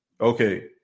Okay